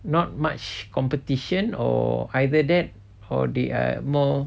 not much competition or either that or they are more